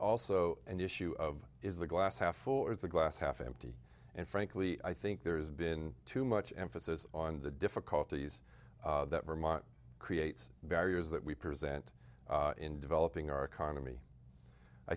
also an issue of is the glass half full or is the glass half empty and frankly i think there's been too much emphasis on the difficulties that vermont creates values that we present in developing our economy i